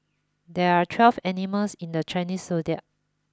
there are twelve animals in the Chinese Zodiac